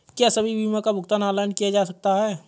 क्या सभी बीमा का भुगतान ऑनलाइन किया जा सकता है?